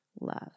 love